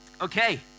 Okay